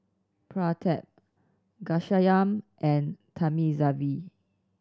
Pratap Ghanshyam and Thamizhavel